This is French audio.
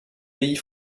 pays